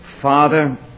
Father